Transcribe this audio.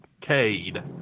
Cade